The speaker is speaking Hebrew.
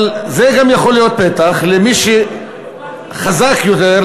אבל זה גם יכול להיות פתח למי שחזק יותר,